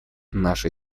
нашей